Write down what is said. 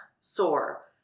sore